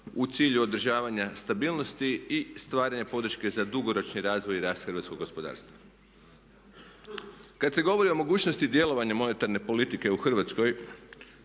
u cilju održavanja stabilnosti i stvaranja podrške za dugoročni razvoj i rast hrvatskog gospodarstva. Kad se govori o mogućnosti djelovanja monetarne politike u Hrvatskoj